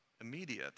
immediate